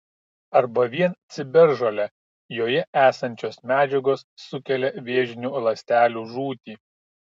arba vien ciberžole joje esančios medžiagos sukelia vėžinių ląstelių žūtį